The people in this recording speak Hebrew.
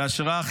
בהשראה.